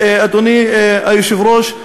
אדוני היושב-ראש,